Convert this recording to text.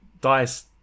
DICE